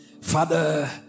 Father